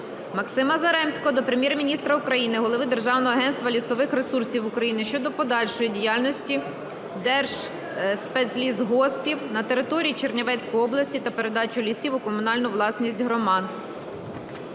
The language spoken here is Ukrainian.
Максима Заремського до Прем'єр-міністра України, голови Державного агентства лісових ресурсів України щодо подальшої діяльності держспецлісгоспів на території Чернівецької області та передачу лісів у комунальну власність громад.